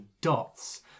dots